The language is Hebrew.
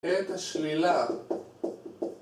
את השלילה